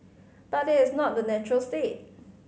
but that is not the natural state